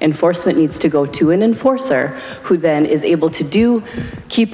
enforcement needs to go to an enforcer who then is able to do keep